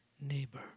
neighbor